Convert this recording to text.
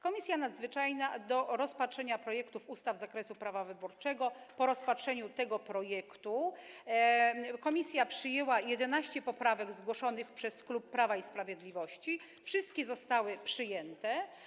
Komisja Nadzwyczajna do rozpatrzenia projektów ustaw z zakresu prawa wyborczego po rozpatrzeniu tego projektu przyjęła 11 poprawek zgłoszonych przez klub Prawa i Sprawiedliwości - wszystkie zostały przyjęte.